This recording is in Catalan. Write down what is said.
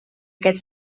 aquest